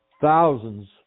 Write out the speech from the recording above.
thousands